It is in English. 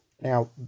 Now